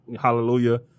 Hallelujah